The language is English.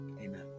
amen